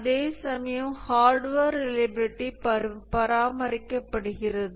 அதேசமயம் hardware reliability பராமரிக்கப்படுகிறது